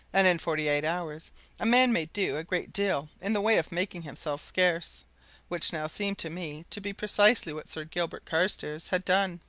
and in forty-eight hours a man may do a great deal in the way of making himself scarce which now seemed to me to be precisely what sir gilbert carstairs had done,